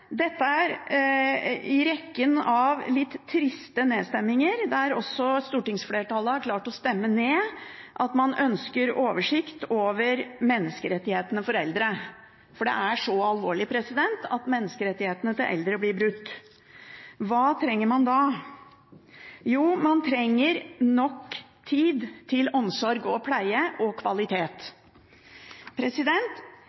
Dette er i rekken av litt triste nedstemminger, der stortingsflertallet også har klart å stemme ned at man ønsker en oversikt over menneskerettighetene for eldre. For det er så alvorlig at menneskerettighetene til eldre blir brutt. Hva trenger man da? Jo, man trenger nok tid til omsorg, pleie og